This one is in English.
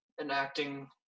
enacting